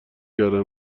کردن